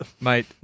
Mate